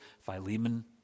Philemon